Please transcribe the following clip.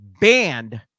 banned